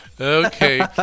Okay